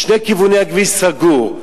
בשני הכיוונים הכביש סגור.